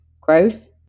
growth